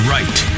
Right